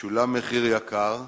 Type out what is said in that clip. שולם מחיר יקר,